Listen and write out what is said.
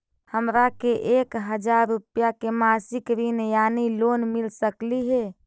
हमरा के एक हजार रुपया के मासिक ऋण यानी लोन मिल सकली हे?